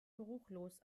geruchlos